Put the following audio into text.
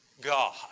God